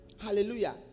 hallelujah